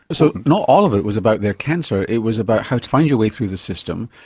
so not all of it was about their cancer, it was about how to find your way through the system,